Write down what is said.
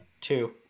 Two